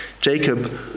Jacob